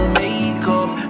makeup